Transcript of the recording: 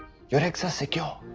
your eggs are secure.